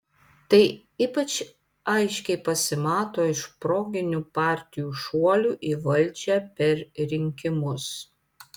tai ypač aiškiai pasimato iš proginių partijų šuolių į valdžią per rinkimus